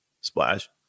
splash